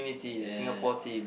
ya